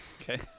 Okay